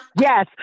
yes